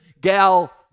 Gal